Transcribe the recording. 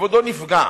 שכבודו נפגע.